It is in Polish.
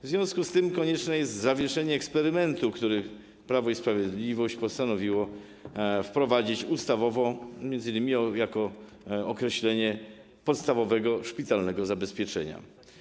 W związku z tym konieczne jest zawieszenie eksperymentu, który Prawo i Sprawiedliwość postanowiło wprowadzić ustawowo m.in. jako określenie podstawowego szpitalnego zabezpieczenia.